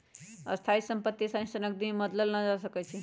स्थाइ सम्पति असानी से नकदी में बदलल न जा सकइ छै